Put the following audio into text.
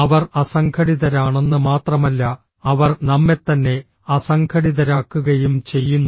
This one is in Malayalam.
അവർ അസംഘടിതരാണെന്ന് മാത്രമല്ല അവർ നമ്മെത്തന്നെ അസംഘടിതരാക്കുകയും ചെയ്യുന്നു